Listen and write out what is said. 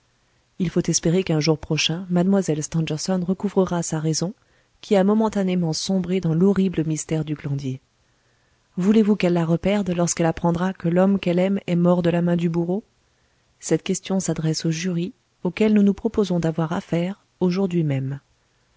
il faut espérer qu'un jour prochain mlle stangerson recouvrera sa raison qui a momentanément sombré dans l'horrible mystère du glandier voulez-vous qu'elle la reperde lorsqu'elle apprendra que l'homme qu'elle aime est mort de la main du bourreau cette question s'adresse au jury auquel nous nous proposons d'avoir affaire aujourd'hui même